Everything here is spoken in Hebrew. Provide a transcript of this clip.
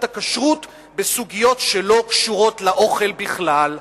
הכשרות בסוגיות שלא קשורות לאוכל בכלל,